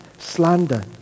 Slander